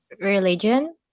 religion